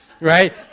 right